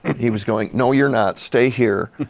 he was going, no, you're not, stay here.